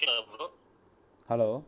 Hello